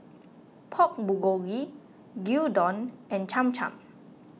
Pork Bulgogi Gyudon and Cham Cham